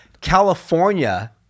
California